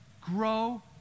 Grow